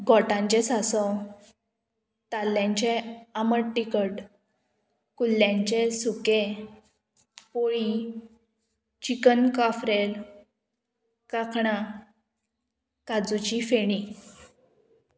गोंठांचें सांसव ताल्ल्यांचें आमट टिकट कुल्ल्यांचें सुकें पोळी चिकन काफ्रेल कांकणां काजूची फेणी